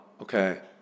Okay